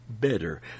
better